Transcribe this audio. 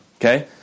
Okay